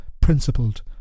principled